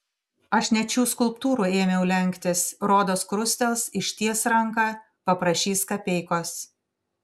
aš net šių skulptūrų ėmiau lenktis rodos krustels išties ranką paprašys kapeikos